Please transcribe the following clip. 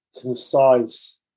concise